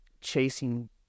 chasing